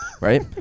right